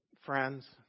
friends